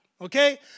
okay